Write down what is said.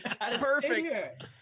perfect